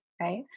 Right